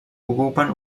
ocupen